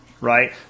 right